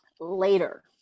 later